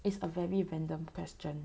it's a very random question